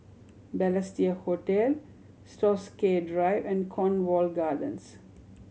Balestier Hotel Stokesay Drive and Cornwall Gardens